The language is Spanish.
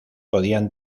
podían